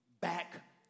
back